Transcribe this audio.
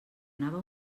anava